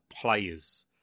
players